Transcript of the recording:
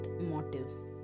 motives